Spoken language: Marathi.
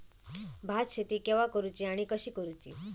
भात शेती केवा करूची आणि कशी करुची?